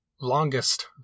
longest